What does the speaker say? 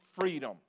freedom